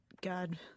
God